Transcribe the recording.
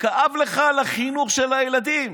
וכאב לך על החינוך של הילדים